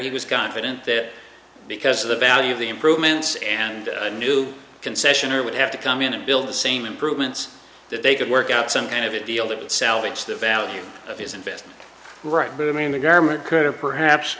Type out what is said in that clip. was confident that because of the value of the improvements and a new concession or would have to come in and build the same improvements that they could work out some kind of a deal to salvage the value isn't it right but i mean the government could have perhaps